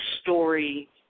story